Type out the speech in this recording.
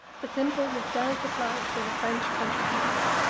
the simple yet delicate life of a french country-house,